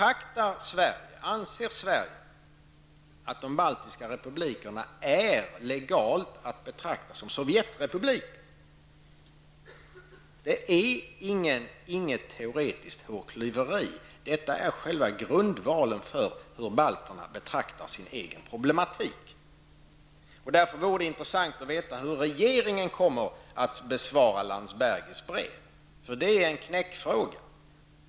Anser Sverige att de baltiska republikerna legalt är att betraka som Sovjetrepubliker? Det är inget teoretiskt hårklyveri, utan detta är själva grundvalen för hur balterna betraktar sin egen problematik. Därför vore det intressant att veta hur regeringen kommer att besvara Landsbergis brev. Det är en knäckfråga.